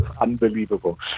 Unbelievable